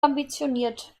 ambitioniert